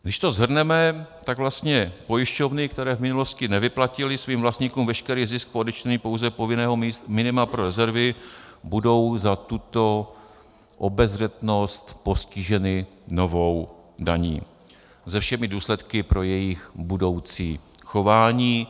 Když to shrneme, tak vlastně pojišťovny, které v minulosti nevyplatily svým vlastníkům veškerý zisk po odečtení pouze povinného minima pro rezervy, budou za tuto obezřetnost postiženy novou daní se všemi důsledky pro jejich budoucí chování.